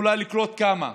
יכולה לקלוט, כמה?